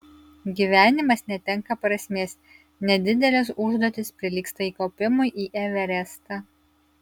gyvenimas netenka prasmės nedidelės užduotys prilygsta įkopimui į everestą